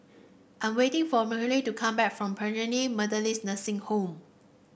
I'm waiting for to come back from Bethany Methodist Nursing Home